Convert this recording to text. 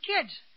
kids